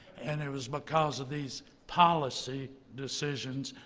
and it was because of these policy decisions,